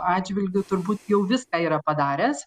atžvilgiu turbūt jau viską yra padaręs